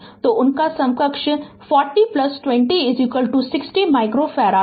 तो उनका समकक्ष 4020 60 माइक्रोफ़ारड है